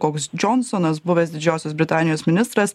koks džonsonas buvęs didžiosios britanijos ministras